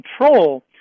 control